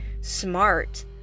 smart